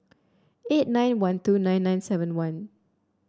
eight nine one two nine nine seven one